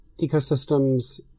ecosystems